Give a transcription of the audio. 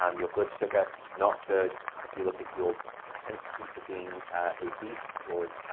um your blood sugar, not good. if you look at your propensity for being obese or